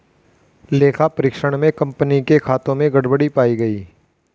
लेखा परीक्षण में कंपनी के खातों में गड़बड़ी पाई गई